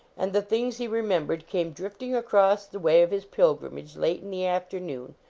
and the things he remem bered came drifting across the way of his pilgrimage late in the afternoon,